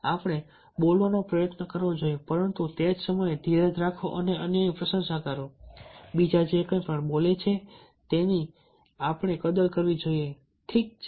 આપણે બોલવાનો પ્રયત્ન કરવો જોઈએ પરંતુ તે જ સમયે ધીરજ રાખો અને અન્યની પ્રશંસા કરો બીજા જે કંઈ બોલે છે તેની આપણે પણ કદર કરવી જોઈએ ઠીક છે